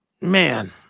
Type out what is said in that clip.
man